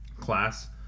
class